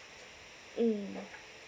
mm